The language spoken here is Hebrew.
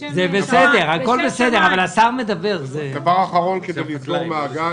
דבר אחרון כדי לסגור מעגל,